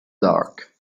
dark